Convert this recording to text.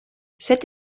cette